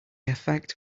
effect